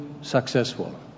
successful